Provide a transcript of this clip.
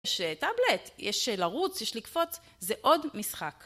יש טאבלט, יש לרוץ, יש לקפוץ, זה עוד משחק.